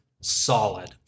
solid